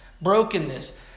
brokenness